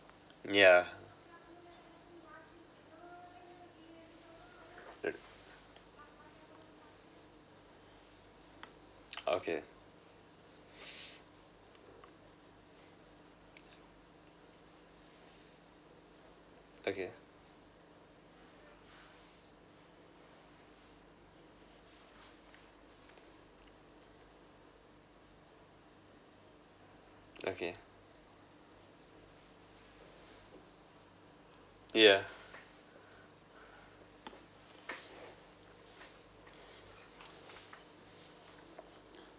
yeah okay okay okay yeah